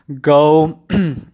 go